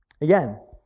Again